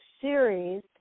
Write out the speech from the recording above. series